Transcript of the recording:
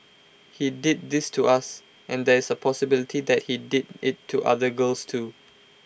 he did this to us and there is A possibility that he did IT to other girls too